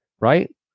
Right